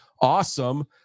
awesome